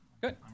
Good